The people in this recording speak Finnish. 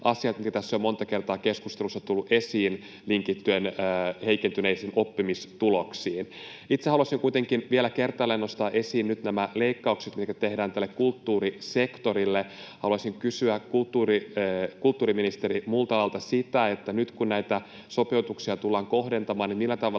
asiat, mitkä tässä ovat jo monta kertaa keskustelussa tulleet esiin linkittyen heikentyneisiin oppimistuloksiin. Itse haluaisin kuitenkin vielä kertaalleen nostaa esiin nyt nämä leikkaukset, mitkä tehdään kulttuurisektorille. Haluaisin kysyä kulttuuriministeri Multalalta: Nyt kun näitä sopeutuksia tullaan kohdentamaan, niin millä tavalla